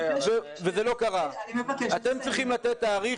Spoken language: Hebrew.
וזה לא קרה -- אני מבקשת --- אתם צריכים לתת תאריך